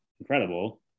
incredible